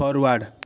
forward